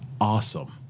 awesome